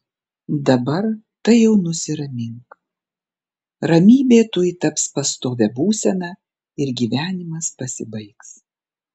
dabar tai jau nusiramink ramybė tuoj taps pastovia būsena ir gyvenimas pasibaigs